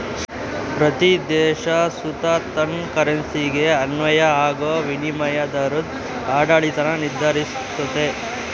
ಪ್ರತೀ ದೇಶ ಸುತ ತನ್ ಕರೆನ್ಸಿಗೆ ಅನ್ವಯ ಆಗೋ ವಿನಿಮಯ ದರುದ್ ಆಡಳಿತಾನ ನಿರ್ಧರಿಸ್ತತೆ